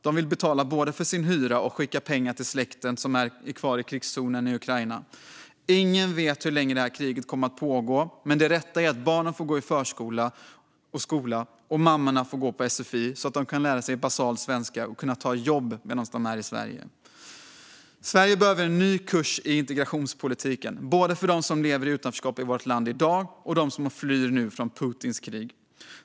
De vill både betala sin hyra och skicka pengar till släkten som är kvar i krigszonen i Ukraina. Ingen vet hur länge det här kriget kommer att pågå, men det rätta är att barnen får gå i förskola och skola och att mammorna får gå på sfi, så att de kan lära sig basal svenska och kan ta jobb medan de är i Sverige. Sverige behöver en ny kurs i integrationspolitiken, både för dem som lever i utanförskap i vårt land i dag och för dem som nu flyr från Putins krig.